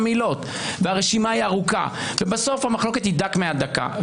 עילות והרשימה היא ארוכה ובסוף המחלוקת היא דק מהדקה.